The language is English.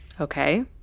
Okay